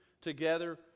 together